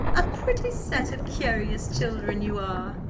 a pretty set of curious children you are!